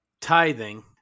tithing